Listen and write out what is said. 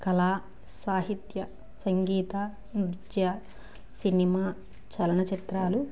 కళా సాహిత్య సంగీత నృత్య సినిమా చలనచిత్రాలు